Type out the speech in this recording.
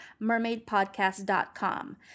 mermaidpodcast.com